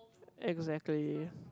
exactly